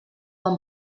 han